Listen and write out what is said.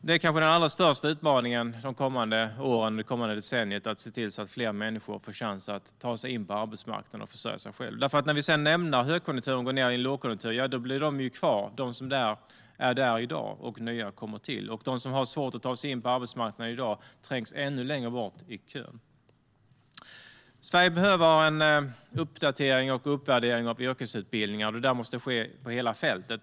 Det är kanske den allra största utmaningen det kommande decenniet att se till att fler människor får chans att ta sig in på arbetsmarknaden och försörja sig själva, för när vi sedan lämnar högkonjunkturen och går ned i lågkonjunktur blir de ju kvar, de som är där i dag, samtidigt som nya kommer till. De som har svårt att ta sig in på arbetsmarknaden i dag trängs då ännu längre bort i kön. Sverige behöver en uppdatering och uppvärdering av yrkesutbildningen, och det måste ske på hela fältet.